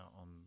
on